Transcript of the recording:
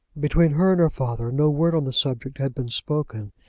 between her and her father no word on the subject had been spoken,